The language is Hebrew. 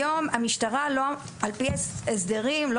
על פי הסדרים היום,